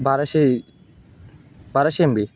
बाराशे बाराशे एंबी